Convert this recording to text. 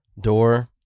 door